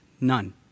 none